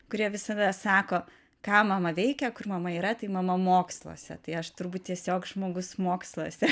kurie visada sako ką mama veikia kur mama yra tai mama moksluose tai aš turbūt tiesiog žmogus moksluose